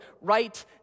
right